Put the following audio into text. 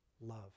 love